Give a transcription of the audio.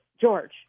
George